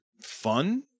fun